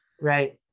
Right